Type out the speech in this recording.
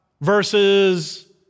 versus